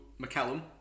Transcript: McCallum